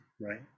right